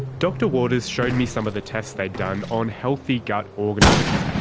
dr waters showed me some of the tests they'd done on healthy gut organoids,